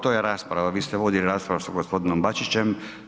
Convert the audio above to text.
To je rasprava, vi ste vodili raspravu s gospodinom Bačićem.